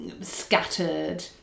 scattered